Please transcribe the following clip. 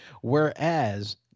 whereas